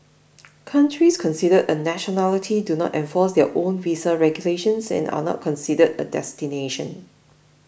countries considered a nationality do not enforce their own visa regulations and are not considered a destination